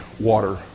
water